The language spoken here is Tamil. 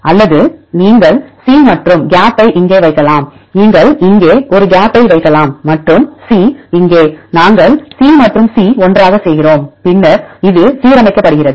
அல்லது நீங்கள் C மற்றும் கேப்பை இங்கே வைக்கலாம் நீங்கள் இங்கே ஒரு கேப்பை வைக்கலாம் மற்றும் C இங்கே நாங்கள் C மற்றும் C ஒன்றாக செய்கிறோம் பின்னர் இது சீரமைக்கப்படுகிறது